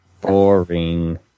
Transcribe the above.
Boring